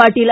Patil